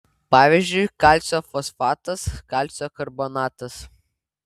pavyzdžiui kalcio fosfatas kalcio karbonatas